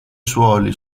suoli